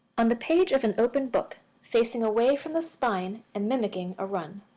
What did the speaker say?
on the page of an open book, facing away from the spine and mimicking a run.